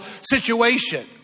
situation